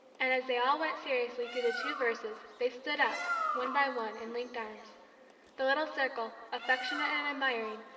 and as they all went seriously through the two verses, they stood up, one by one, and linked arms the little circle, affectionate and admiring,